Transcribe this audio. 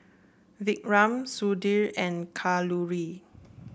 Vikram Sudhir and Kalluri